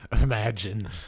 Imagine